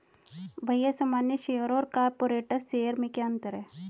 भैया सामान्य शेयर और कॉरपोरेट्स शेयर में क्या अंतर है?